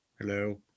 Hello